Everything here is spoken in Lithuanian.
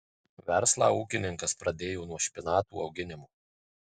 verslą ūkininkas pradėjo nuo špinatų auginimo